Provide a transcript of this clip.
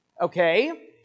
Okay